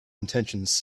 intentions